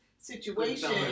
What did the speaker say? situation